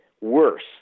Worse